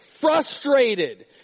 frustrated